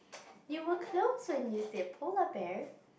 you were close when you said polar bear